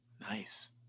nice